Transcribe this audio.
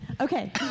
Okay